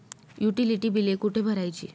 Utility बिले कुठे भरायची?